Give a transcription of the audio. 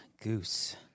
goose